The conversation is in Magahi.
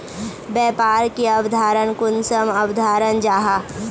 व्यापार की अवधारण कुंसम अवधारण जाहा?